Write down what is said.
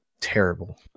terrible